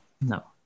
no